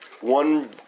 one